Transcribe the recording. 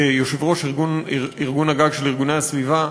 כיושב-ראש ארגון-הגג של ארגוני הסביבה